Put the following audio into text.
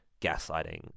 gaslighting